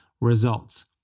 results